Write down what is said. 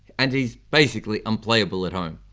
and he's basically unplayable at home.